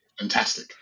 Fantastic